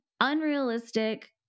unrealistic